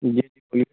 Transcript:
جی